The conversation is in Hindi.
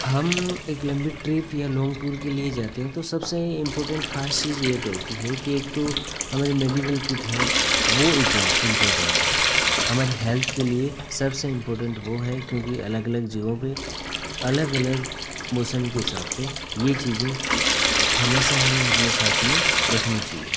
हम एक लम्बी ट्रिप या लॉन्ग टूर के लिए जाते हैं तो सबसे इम्पोटेन्ट खास चीज़ यह देती है कि एक तो हमारे मेडिकल किट है वह इम्पोर इम्पोर्टेन्ट है हमारी हेल्थ के लिए सबसे इम्पोटेन्ट वह है क्योंकि अलग अलग जगहों पर अलग अलग मौसम के हिसाब से यह चीज़ें हमेशा ही अपने साथ में रखनी चाहिए